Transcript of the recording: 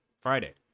Friday